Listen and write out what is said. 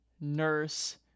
nurse